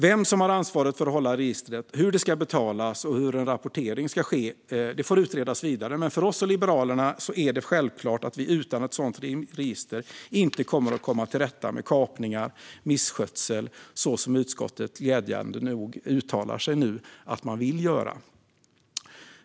Vem som har ansvaret för att hålla registret, hur det ska betalas och hur en rapportering ska ske får utredas vidare. Men för oss och Liberalerna är det självklart att vi utan ett sådant register inte kommer att komma till rätta med kapningar och misskötsel, så som utskottet glädjande nog nu uttalar att man vill göra.